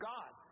God